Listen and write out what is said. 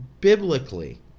biblically